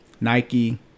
Nike